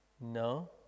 No